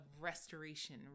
restoration